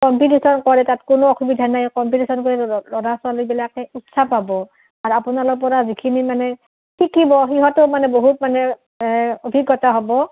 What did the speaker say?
competition কৰে তাত কোনো অসুবিধা নাই কম্পিটিশ্য়ন কৰি ল'ৰা ছোৱালীবিলাকে উৎসাহ পাব আৰু আপোনালোকৰ পৰা যিখিনি মানে শিকিব সিহঁতেও মানে বহুত মানে অভিজ্ঞতা হ'ব